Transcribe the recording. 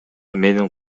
менин